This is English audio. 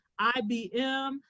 IBM